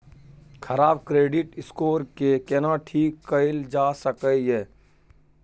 खराब credit score के केना ठीक कैल जा सकै ये?